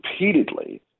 repeatedly